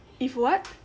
if what